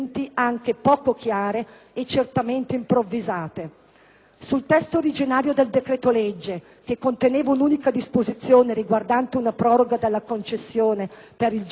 Sul testo originario del decreto legge, che conteneva un'unica disposizione riguardante una proroga della concessione per il gioco dell'Enalotto al fine di non interromperne l'esercizio,